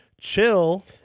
chill